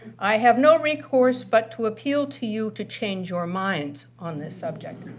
i have no recourse but to appeal to you to change your minds on this subject.